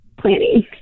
planning